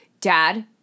Dad